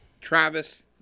Travis